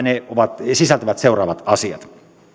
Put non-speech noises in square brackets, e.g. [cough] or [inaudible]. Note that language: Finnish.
[unintelligible] ne sisältävät seuraavat asiat